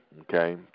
okay